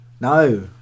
No